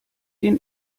den